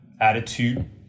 attitude